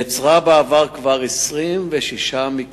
נעצרה בעבר כבר 26 פעמים,